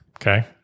Okay